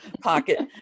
pocket